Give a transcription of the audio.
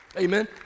Amen